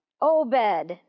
Obed